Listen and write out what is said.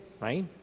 right